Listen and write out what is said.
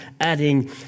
adding